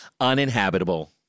uninhabitable